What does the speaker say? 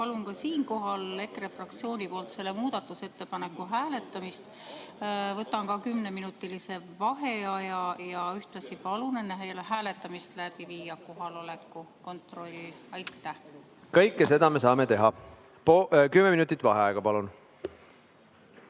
Palun ka siinkohal EKRE fraktsiooni poolt selle muudatusettepaneku hääletamist. Võtan ka kümneminutilise vaheaja ja ühtlasi palun enne hääletamist läbi viia kohaloleku kontrolli. Kõike seda me saame teha. Kümme minutit vaheaega, palun!V